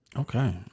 okay